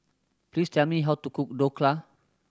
please tell me how to cook Dhokla